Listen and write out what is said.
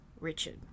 Richard